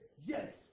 yes